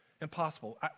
impossible